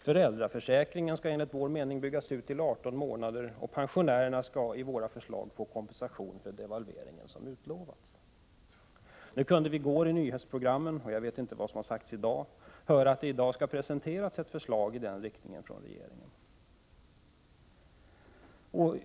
Föräldraförsäkringen skall enligt vår mening byggas ut till 18 månader, och pensionärerna skall i våra förslag få den kompensation för devalveringen som utlovats. I går sades det i nyhetsprogrammen att regeringen i dag kommer att presentera ett förslag i den riktningen.